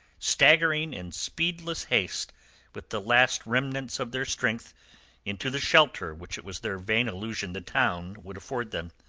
staggering in speedless haste with the last remnants of their strength into the shelter which it was their vain illusion the town would afford them.